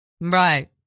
right